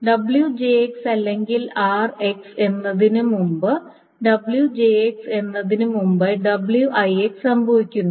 wj അല്ലെങ്കിൽ r എന്നതിന് മുമ്പ് wj എന്നതിന് മുമ്പായി wi സംഭവിക്കുന്നു